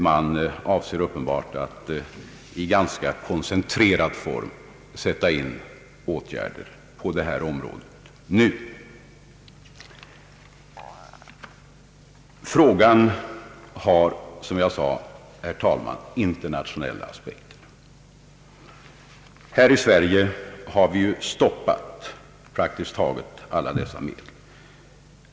Man avser uppenbart att i ganska koncentrerad form nu sätta in åtgärder på detta område. Frågan har som jag sade, herr talman, internationella aspekter. Här i Sverige har vi ju stoppat praktiskt ta get alla dessa medel.